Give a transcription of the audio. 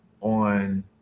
on